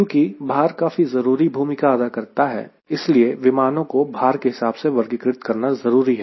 चुंकी भार काफी जरूरी भूमिका अदा करता है इसलिए विमानों को भार के हिसाब से वर्गीकृत करना जरूरी है